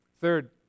Third